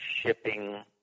shipping